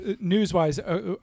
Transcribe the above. news-wise